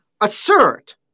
assert